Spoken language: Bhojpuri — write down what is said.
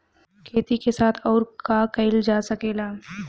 खेती के साथ अउर का कइल जा सकेला?